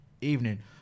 evening